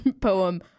poem